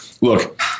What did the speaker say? Look